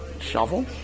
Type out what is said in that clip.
shovel